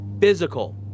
physical